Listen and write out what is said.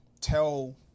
tell